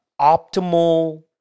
optimal